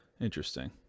Interesting